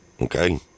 Okay